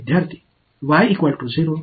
மாணவர் மற்றும் மற்றும் இடையில் இருப்பது என்ன